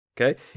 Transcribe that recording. Okay